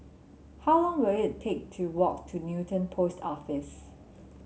how long will it take to walk to Newton Post Office